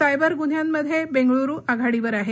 cyber गुन्हांमध्ये बेंगळूरू आघाडीवर आहे